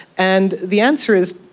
and the answer is,